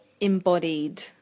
embodied